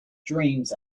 dreams